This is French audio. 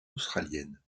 australienne